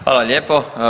Hvala lijepo.